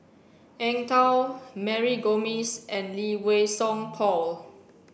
Eng Tow Mary Gomes and Lee Wei Song Paul